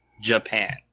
Japan